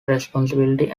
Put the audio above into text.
responsibility